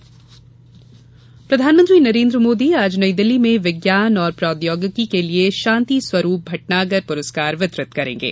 PM शांति पुरस्कार प्रधानमंत्री नरेन्द्र मोदी आज नई दिल्ली में विज्ञान और प्रौद्योगिकी के लिए शांति स्वरूप भट्नागर पुरस्कार वितरित करेंगे